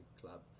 club